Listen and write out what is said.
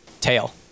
Tail